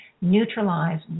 neutralize